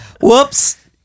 whoops